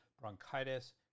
bronchitis